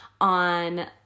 on